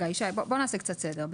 ישי, בוא נעשה קצת סדר.